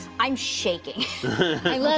i'm shaking.